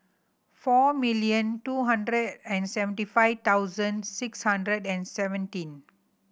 four million two hundred and seventy five thousand six hundred and seventeen